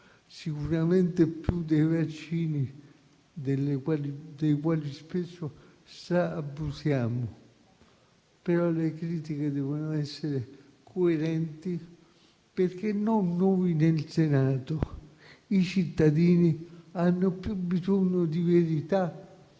sicuramente più dei vaccini, dei quali spesso stra-abusiamo. Però le critiche devono essere coerenti, perché non noi nel Senato, ma i cittadini hanno più bisogno di verità